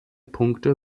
punkte